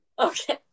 Okay